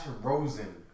Rosen